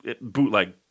bootleg